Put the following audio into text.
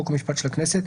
חוק ומשפט של הכנסת,